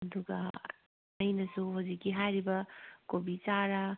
ꯑꯗꯨꯒ ꯑꯩꯅꯁꯨ ꯍꯧꯖꯤꯛꯀꯤ ꯍꯥꯏꯔꯤꯕ ꯀꯣꯕꯤ ꯆꯥꯔ